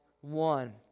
one